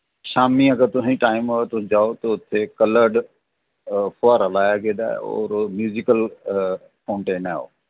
शामीं अगर तुसें गी टाइम होऐ तुस जाओ ते उत्थै कलर्ड फव्वारा लोआया गेदा ऐ और ओह् म्यूजीकल फाउंटेन ऐ ओह्